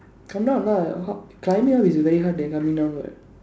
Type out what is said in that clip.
come down or not h~ climbing up is very hard than coming down what